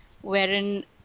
wherein